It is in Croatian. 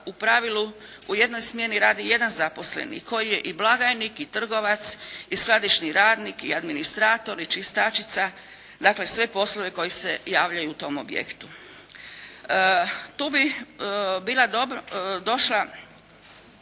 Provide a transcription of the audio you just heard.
u pravilu u jednoj smjeni radi jedan zaposleni, koji je i blagajnik i trgovac i skladišni radnik i administrator i čistačica, dakle sve poslove koji se javljaju u tom objektu. Tu bi bilo dosta